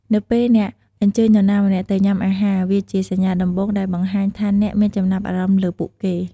នៅពេលអ្នកអញ្ជើញនរណាម្នាក់ទៅញ៉ាំអាហារ វាជាសញ្ញាដំបូងដែលបង្ហាញថាអ្នកមានចំណាប់អារម្មណ៍លើពួកគេ។